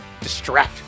DISTRACT